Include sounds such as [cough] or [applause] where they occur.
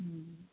[unintelligible]